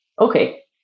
okay